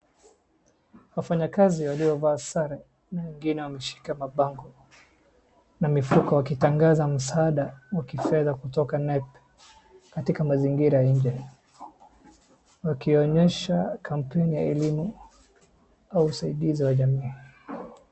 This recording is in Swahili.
Wafanyakazi waliovaa sare wengine wameshika mabango na mifuko wakitangaza msaada wa kifedha kutoka UNEP katika mazingira ya nje, wakionyesha kampeni ya elimu au usaidizi wa jamii.